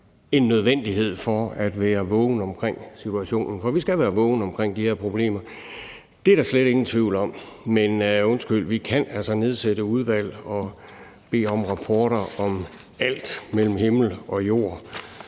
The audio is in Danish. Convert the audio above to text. en nødvendighed for at være vågen omkring situationen. For vi skal være vågne omkring de her problemer; det er der slet ingen tvivl om. Men undskyld, vi kan altså nedsætte udvalg og bede om rapporter om alt mellem himmel og jord.